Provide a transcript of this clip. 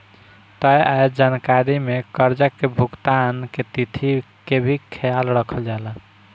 तय आय जानकारी में कर्जा के भुगतान के तिथि के भी ख्याल रखल जाला